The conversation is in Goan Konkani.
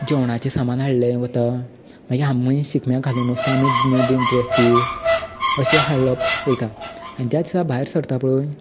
जेवणाचें सामान हाडलें वता हांगा शिगम्या घालून वचपा बीन नीव नीव ड्रेसीस अशे हाडोप वयता